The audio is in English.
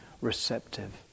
receptive